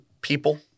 people